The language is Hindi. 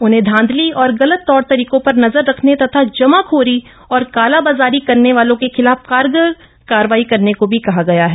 उन्हें धांधली और गलत तौर तरीकों पर नजर रखने तथ जमाखोरी और कालाब्राजप्री करने वालों के खिलाफ कप्रगर कप्रवाई करने को भी कहा गया है